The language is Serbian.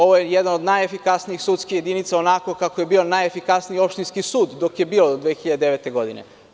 Ovo je jedna od najefikasnijih sudskih jedinica onako kako je bio najefikasniji opštinski sud dok je bio 2009. godine.